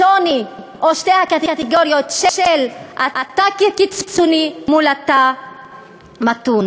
השוני או שתי הקטגוריות של אתה כקיצוני מול אתה מתון.